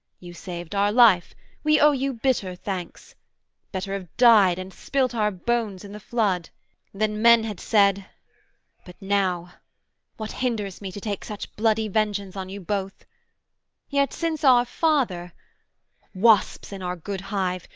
you saved our life we owe you bitter thanks better have died and spilt our bones in the flood then men had said but now what hinders me to take such bloody vengeance on you both yet since our father wasps in our good hive,